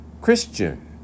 Christian